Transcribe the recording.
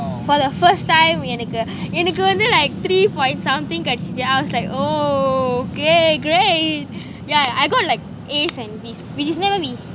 for the first time யெனக்கு எனக்கு வந்து:yenakku enaku vanthu like three point something கெடச்சுச்சு:kedachuchu I was like oh great yeah I got like A and B which is never me